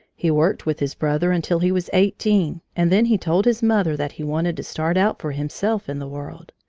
he worked with his brother until he was eighteen, and then he told his mother that he wanted to start out for himself in the world.